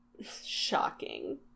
Shocking